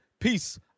Peace